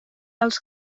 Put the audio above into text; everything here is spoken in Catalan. els